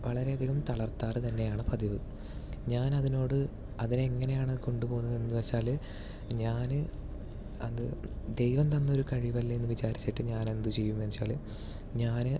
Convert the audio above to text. വളരെയധികം തളർത്താറ് തന്നെയാണ് പതിവ് ഞാനതിനോട് അതിനെയെങ്ങനെയാണ് കൊണ്ടുപോകുന്നതെന്നു വച്ചാൽ ഞാൻ അത് ദൈവം തന്നൊരു കഴിവില്ലെയെന്ന് വിചാരിച്ചിട്ട് ഞാനെന്തു ചെയ്യും എന്നു വച്ചാല് ഞാൻ